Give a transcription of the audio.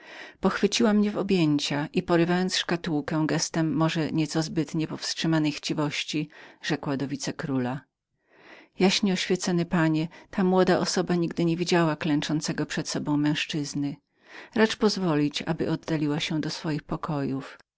pochwyciła mnie w objęcia i porywając szkatułkę z poruszeniem może nieco zbyt niepowstrzymanej chciwości rzekła do wicekróla jopanie ta młoda osoba nigdy nie widziała klęczącego przed sobą męzczyzny racz pozwolić aby oddaliła się do swoich pokojów